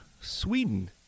Sweden